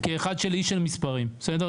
כאחד של איש של מספרים, בסדר?